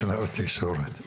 התקשורת.